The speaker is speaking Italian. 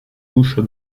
guscio